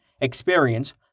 experience